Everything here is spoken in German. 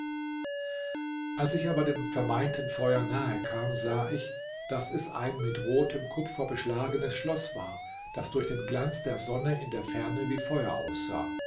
als ich aber dem vermeinten feuer nahe kam sah ich daß es ein mit rotem kupfer beschlagenes schloß war das durch den glanz der sonne in der ferne wie feuer aussah